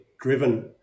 driven